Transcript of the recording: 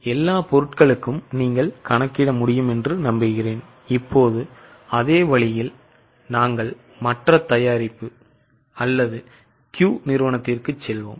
எல்லா பொருட்களுக்கும் நீங்கள் கணக்கிட முடியும் என்று தயாரிப்பு இப்போது அதே வழியில் நாங்கள் மற்ற அல்லது Q நிறுவனத்திற்கு செல்வோம்